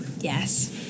yes